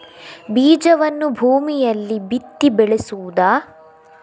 ಬೀಜವನ್ನು ಭೂಮಿಯಲ್ಲಿ ಬಿತ್ತಿ ಬೆಳೆಸುವುದಾ?